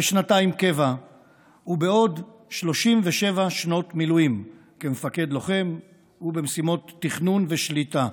שנתיים קבע ועוד 37 שנות מילואים כמפקד לוחם ובמשימות תכנון ושליטה.